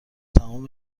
تمام